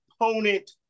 opponent